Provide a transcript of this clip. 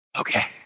Okay